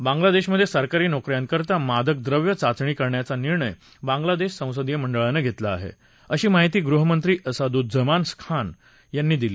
बांगलादेशात सरकारी नोक यांकरिता मादक द्रव्य चाचणी करण्याचा निर्णय बांग्लादेश संसदीय मंडळानं घेतला आहे अशी माहिती गृहमंत्री असादुझ्झमान खान यांनी दिली